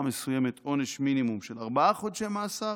מסוימת עונש מינימום של ארבעה חודשי מאסר,